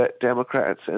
Democrats